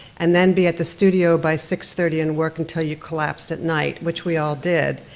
and then be at the studio by six thirty and work until you collapsed at night, which we all did,